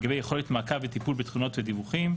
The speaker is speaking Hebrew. לגבי יכולת מעקב וטיפול בתלונות הדיווחים.